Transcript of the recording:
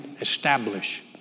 establish